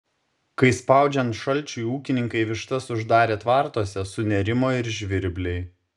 kai spaudžiant šalčiui ūkininkai vištas uždarė tvartuose sunerimo ir žvirbliai